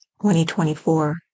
2024